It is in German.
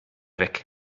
weg